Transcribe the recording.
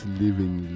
living